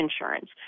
insurance